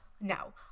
no